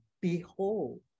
behold